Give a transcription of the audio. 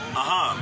aha